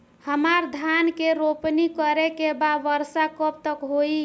हमरा धान के रोपनी करे के बा वर्षा कब तक होई?